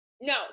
No